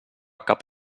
cap